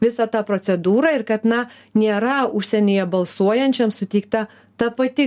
visa ta procedūrą ir kad na nėra užsienyje balsuojančiam suteikta ta pati